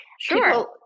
Sure